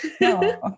No